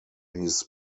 his